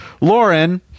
Lauren